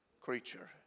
creature